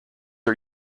are